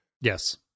yes